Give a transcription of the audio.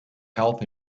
health